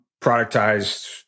productized